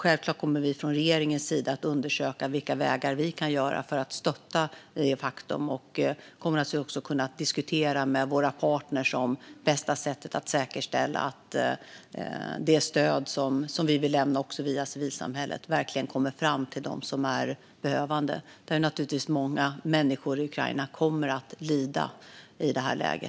Givetvis kommer regeringen att undersöka vilka vägar vi kan ta för att stötta, och vi kommer också att diskutera med våra partner bästa sättet att säkerställa att det stöd vi vill lämna, också från civilsamhället, verkligen kommer fram till de behövande. Många människor i Ukraina kommer givetvis att lida.